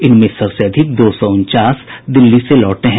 इनमें सबसे अधिक दो सौ उनचास दिल्ली से लौटे हैं